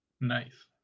Nice